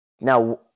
Now